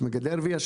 את מגדל הרבייה,